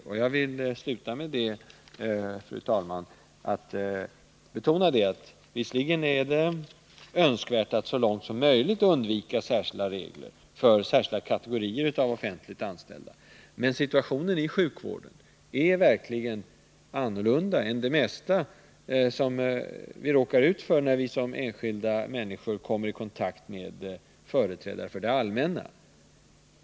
Och jag vill sluta med att betona, fru talman, att visserligen är det önskvärt att så långt som möjligt undvika särskilda regler för särskilda kategorier av offentligt anställda, men situationen i sjukvården är verkligen annorlunda än det mesta som vi råkar ut för, när vi som enskilda människor kommer i kontakt med företrädare för det allmänna.